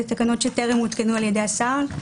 אלה תקנות שטרם הותקנו על ידי השר.